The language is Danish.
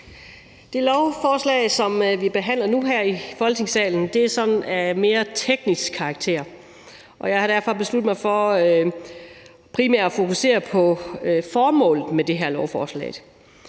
Det lovforslag, som vi behandler nu her i Folketingssalen, er af sådan mere teknisk karakter, og jeg har derfor besluttet mig for primært at fokusere på formålet med det her lovforslag,